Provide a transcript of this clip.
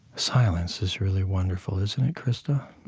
silence is really wonderful, isn't it, krista?